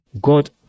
God